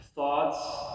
thoughts